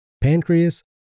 pancreas